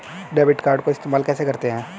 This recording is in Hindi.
डेबिट कार्ड को इस्तेमाल कैसे करते हैं?